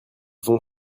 vont